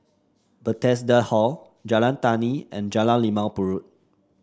Bethesda Hall Jalan Tani and Jalan Limau Purut